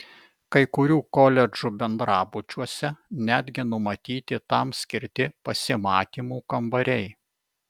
kai kurių koledžų bendrabučiuose netgi numatyti tam skirti pasimatymų kambariai